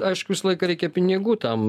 aišku visą laiką reikia pinigų tam